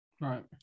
Right